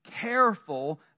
careful